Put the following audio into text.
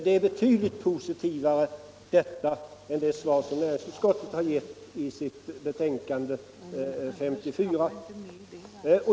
Det är betydligt positivare än det svar som näringsutskottet har givit i sitt betänkande nr 54.